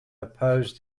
opposed